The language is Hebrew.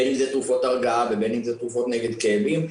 בין אם זה תרופות הרגעה ובין אם זה תרופות נגד כאבים,